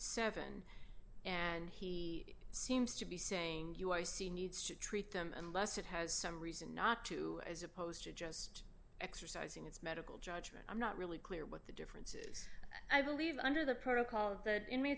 seven and he seems to be saying you i see needs to treat them unless it has some reason not to as opposed to just exercising its medical judgment i'm not really clear what the difference i believe under the protocol of the inmates